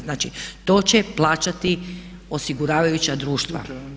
Znači, to će plaćati osiguravajuća društva.